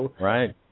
right